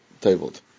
tabled